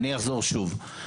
אני אחזור שוב,